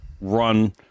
run